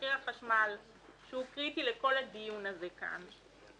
מחיר החשמל שהוא קריטי לכל הדיון הזה כאן.